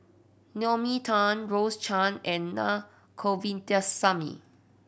Naomi Tan Rose Chan and Na Govindasamy